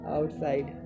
Outside